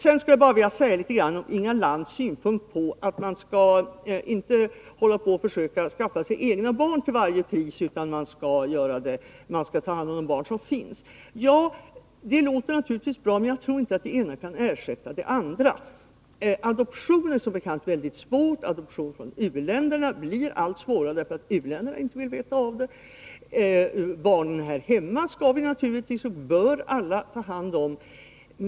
Jag skulle vilja säga litet grand om Inga Lantz synpunkt på att man inte skall hålla på att skaffa sig egna barn till varje pris, utan man skall ta hand om de barn som finns. Ja, det låter naturligtvis bra, men jag tror inte att det ena kan ersätta det andra. Adoption är som bekant mycket svårt. Adoption från u-länderna blir allt svårare, därför att u-länderna inte vill veta av det. Barnen här hemma skall vi och bör vi naturligtvis ta hand om.